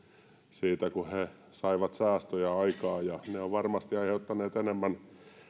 siitä kun he he saivat säästöjä aikaan ne ovat varmasti aiheuttaneet enemmän